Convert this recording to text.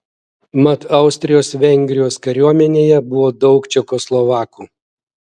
mat austrijos vengrijos kariuomenėje buvo daug čekoslovakų